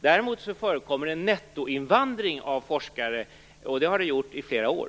Däremot förekommer det nettoinvandring av forskare, och det har det gjort i flera år.